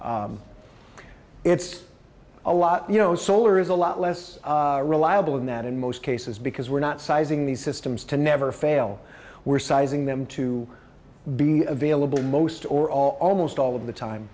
it's a lot you know solar is a lot less reliable in that in most cases because we're not sizing these systems to never fail we're sizing them to be available most or all almost all of the time